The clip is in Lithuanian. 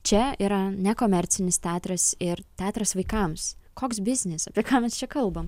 čia yra nekomercinis teatras ir teatras vaikams koks biznis apie ką mes čia kalbam